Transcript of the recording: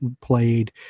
played